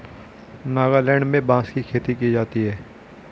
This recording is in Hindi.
नागालैंड में बांस की खेती की जाती है